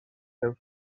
seus